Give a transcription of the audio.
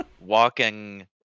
walking